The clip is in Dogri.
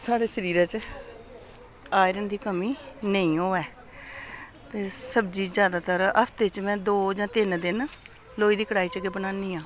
साढ़े सरीरै च आयरन दी कमी नेईं होऐ ते सब्जी ज्यादातर हफ्ते च में दो जां तिन्न दिन लोहे दी कड़ाही च गै बनानी आं